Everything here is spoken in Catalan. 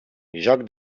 joc